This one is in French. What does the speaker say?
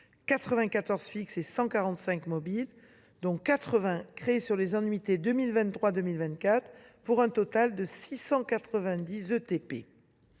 fixes, 145 mobiles, dont 80 créées sur les annuités 2023 et 2024 pour un total de 690 ETP.